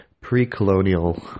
pre-colonial